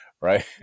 right